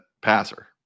passer